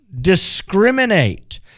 discriminate